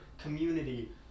community